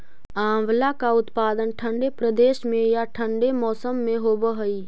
आंवला का उत्पादन ठंडे प्रदेश में या ठंडे मौसम में होव हई